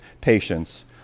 patience